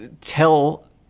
tell